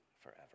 forever